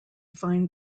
find